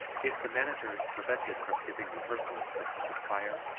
if the manager is prevented from giving rehearsals because of fire,